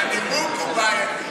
הנימוק הוא בעייתי.